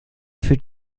für